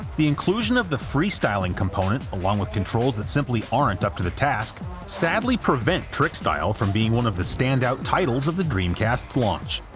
the inclusion of the free styling component along with controls that simply aren't up to the task sadly prevent trickstyle from being one of the standout titles of the dreamcast's launch.